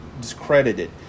discredited